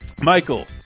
Michael